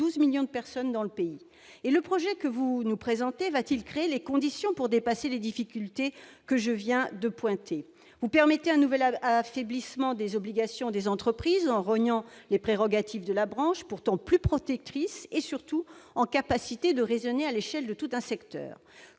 12 millions de personnes dans le pays. Le projet que vous nous présentez va-t-il créer les conditions pour dépasser les difficultés que je viens de pointer, alors qu'il permettrait un nouvel affaiblissement des obligations des entreprises en rognant sur les prérogatives de la branche, pourtant plus protectrice, et surtout en capacité de raisonner à l'échelle de tout un secteur ?